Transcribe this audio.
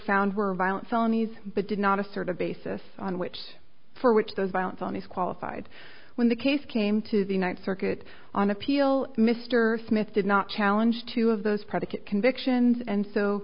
found were violent felonies but did not assert a basis on which for which those violent felonies qualified when the case came to the ninth circuit on appeal mr smith did not challenge two of those predicate convictions and so